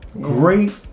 great